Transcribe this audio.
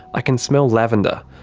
i can smell lavender.